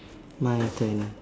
my turn